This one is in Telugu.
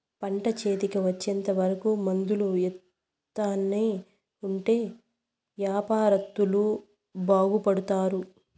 పంట చేతికి వచ్చేంత వరకు మందులు ఎత్తానే ఉంటే యాపారత్తులు బాగుపడుతారు